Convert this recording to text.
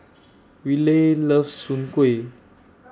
Riley loves Soon Kway